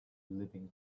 living